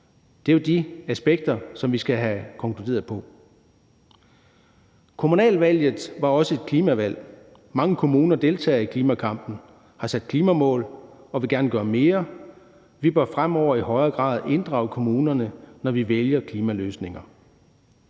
Det er jo de aspekter, som vi skal have konkluderet på. Kommunalvalget var også et klimavalg. Mange kommuner deltager i klimakampen, har sat klimamål og vil gerne gøre mere. Vi bør fremover i højere grad inddrage kommunerne, når vi vælger klimaløsninger.